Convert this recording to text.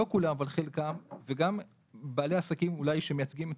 לא כולם אבל חלקם וגם בעלי עסקים שמייצגים את